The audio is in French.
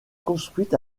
construite